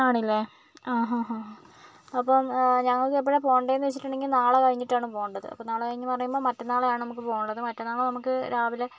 ആണല്ലെ ഹാ അപ്പം ഞങ്ങൾക്കെപ്പോഴാണ് പോകേണ്ടതെന്ന് വെച്ചിട്ടുണ്ടെങ്കിൽ നാളെ കഴിഞ്ഞിട്ടാണ് പോകേണ്ടത് അപ്പോൾ നാളെ കഴിഞ്ഞെന്ന് പറയുമ്പോൾ മറ്റന്നാളാണ് നമുക്ക് പോകേണ്ടത് മറ്റന്നാൾ നമുക്ക് രാവിലെ